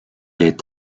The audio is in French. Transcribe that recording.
est